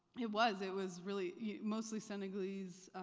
it was, it was really mostly senegalese,